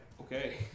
Okay